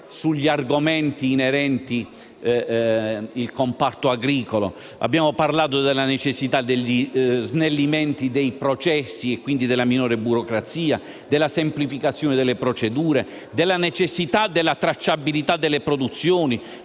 sugli argomenti inerenti il comparto agricolo. Abbiamo parlato della necessità degli snellimenti dei processi e, quindi, della minore burocrazia, della semplificazione delle procedure, della necessità della tracciabilità delle produzioni,